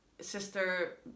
sister